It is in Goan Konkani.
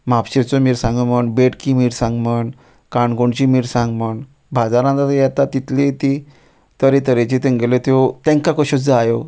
म्हापशेचो मिरसांगो म्हण बेडकी मिरसांग म्हण काणकोणची मिरसांग म्हण बाजारान येता तितली ती तरेतरेची तेंगेल्यो त्यो तेंका कश्यो जायो